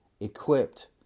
equipped